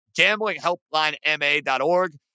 gamblinghelplinema.org